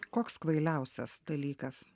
koks kvailiausias dalykas